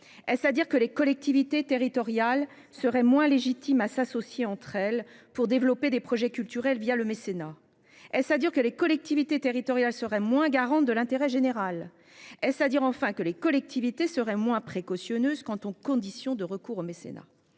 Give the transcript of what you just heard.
Est-ce à dire que les collectivités territoriales seraient moins légitimes à s'associer entre elles pour développer des projets culturels le mécénat ? Est-ce à dire que les collectivités territoriales seraient moins garantes de l'intérêt général ? Est-ce à dire que les collectivités territoriales seraient moins précautionneuses quant aux conditions de recours au mécénat ?